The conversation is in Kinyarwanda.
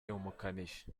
umukanishi